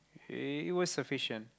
err it was sufficient